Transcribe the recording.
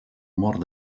mort